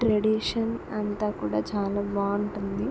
tradition అంతా కూడా చాలా బాగుంటుంది